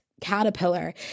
caterpillar